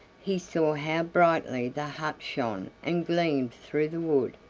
he saw how brightly the hut shone and gleamed through the wood,